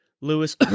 Lewis